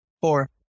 Four